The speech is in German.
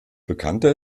bekannter